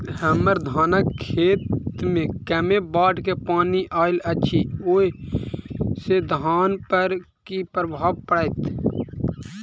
हम्मर धानक खेत मे कमे बाढ़ केँ पानि आइल अछि, ओय सँ धान पर की प्रभाव पड़तै?